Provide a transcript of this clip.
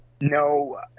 no